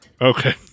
Okay